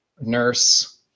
nurse